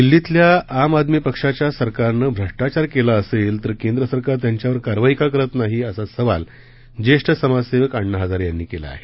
दिल्लीतल्या आम आदमी पक्षाच्या सरकारनं भ्रष्टाचार केला असेल तर केंद्र सरकार त्यांच्यावर कारवाई का करत नाही असा सवाल जेष्ठ समाज सेवक अण्णा हजारे यांनी केला आहे